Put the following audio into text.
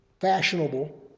fashionable